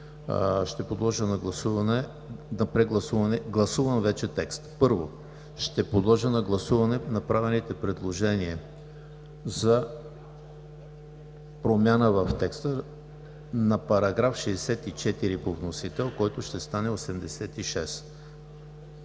ще подложа на гласуване направените предложения за промяна в текста на § 64 по вносител, който ще стане § 86.